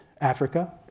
Africa